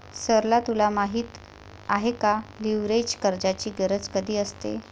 सरला तुला माहित आहे का, लीव्हरेज कर्जाची गरज कधी असते?